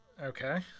Okay